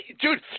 dude